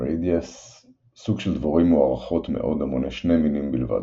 Ochreriades – סוג של דבורים מוארכות מאוד המונה שני מינים בלבד,